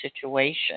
situation